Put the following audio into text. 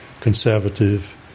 Conservative